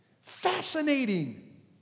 Fascinating